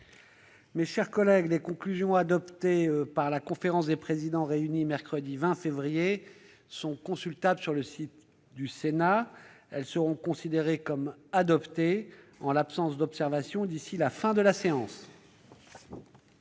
les réserves d'usage. Les conclusions adoptées par la conférence des présidents réunie mercredi 20 février sont consultables sur le site du Sénat. Elles seront considérées comme adoptées en l'absence d'observations d'ici à la fin de la séance.-